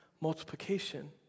multiplication